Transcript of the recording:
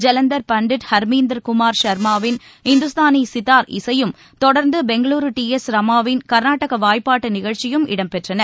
ஜலந்தர் பண்டிட் ஹர்மீந்தர் குமார் ஷர்மாவின் இந்துஸ்தானி சித்தார் இசையும் கொடர்ந்க பெங்களூரு டி எஸ் ரமாவின் கர்நாடக வாய்ப்பாட்டு நிகழ்ச்சியும் இடம் பெற்றன